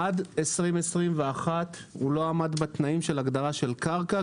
עד 2021 הוא לא עמד בתנאים של הגדרה של קרקע,